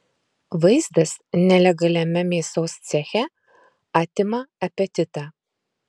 vaizdas nelegaliame mėsos ceche atima apetitą